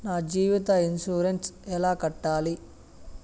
నా జీవిత ఇన్సూరెన్సు ఎలా కట్టాలి?